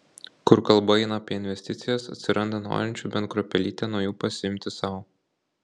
kur kalba eina apie investicijas atsiranda norinčių bent kruopelytę nuo jų pasiimti sau